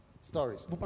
stories